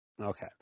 Okay